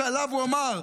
שעליו הוא אמר: